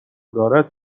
دارد